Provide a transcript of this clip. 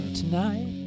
tonight